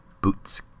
boots